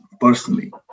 personally